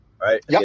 right